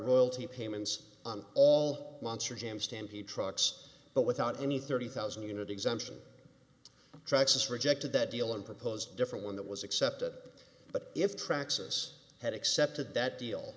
royalty payments on all monster jam stampede trucks but without any thirty thousand unit exemption tracks rejected that deal and proposed different one that was accepted but if track service had accepted that deal